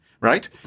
right